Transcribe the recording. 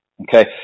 Okay